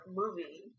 movie